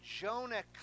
Jonah